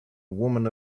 woman